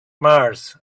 mars